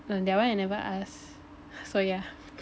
oh that one I never ask so yeah